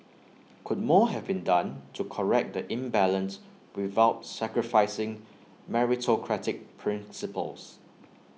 could more have been done to correct the imbalance without sacrificing meritocratic principles